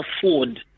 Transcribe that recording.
afford